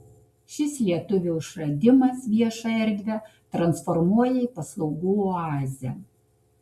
šis lietuvio išradimas viešą erdvę transformuoja į paslaugų oazę